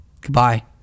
Goodbye